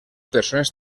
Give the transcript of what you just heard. persones